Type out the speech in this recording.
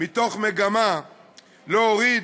מתוך מגמה להוריד,